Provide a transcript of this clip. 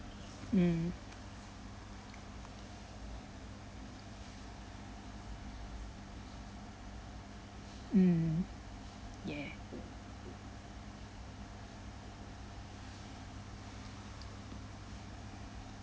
mm mm yeah